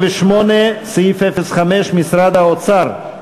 לשנת הכספים 2014,